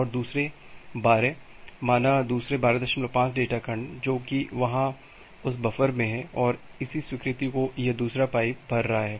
और दुसरे 12 माना दुसरे 125 डेटा खंड जो की वहाँ उस बफर में हैं और इसी स्वीकृति को यह दूसरा पाइप भर रहा है